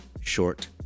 short